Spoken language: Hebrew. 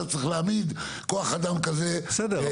אתה צריך להעמיד כוח אדם כזה --- בסדר,